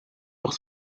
auch